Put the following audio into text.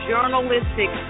Journalistic